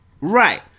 Right